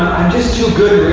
i'm just too good